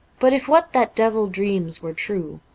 but if what that devil dreams were true,